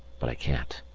but i can't.